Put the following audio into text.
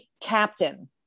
captain